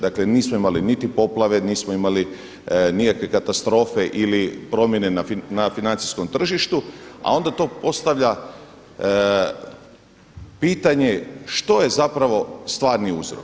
Dakle nismo imali niti poplave, nismo imali nikakve katastrofe ili promjene na financijskom tržištu, a onda to postavlja pitanje što ja zapravo stvarni uzrok?